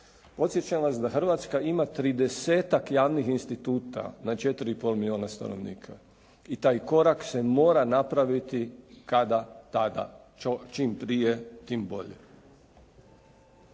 Podsjećam vas da Hrvatska ima 30-tak javnih instituta na 4,5 milijuna stanovnika. I taj korak se mora napraviti kada tada, čim prije, tim bolje.